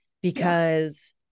because-